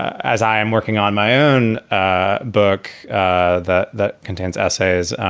as i am working on my own ah book ah that that contains essays.